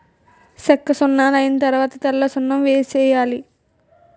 సెక్కసున్నలైన తరవాత తెల్లసున్నం వేసేయాలి